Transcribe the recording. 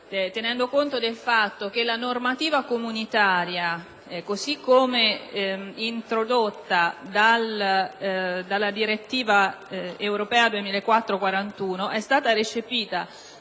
tenendo conto del fatto che la normativa comunitaria, così come introdotta dalla direttiva europea 2004/41/CE è stata recepita